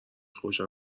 خوشم